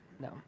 no